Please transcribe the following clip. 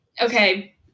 okay